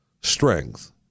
strength